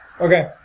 Okay